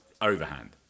overhand